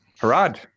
Harad